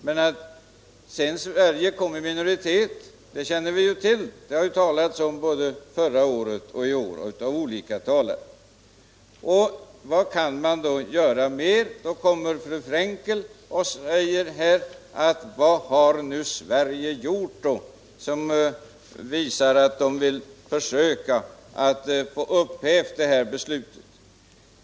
Men att Sverige sedan kom i minoritet känner vi också till. Det har sagts av olika talare både förra året och i år. Fru Frenkel säger: Vad har nu Sverige gjort som visar att vi vill försöka få detta beslut upphävt?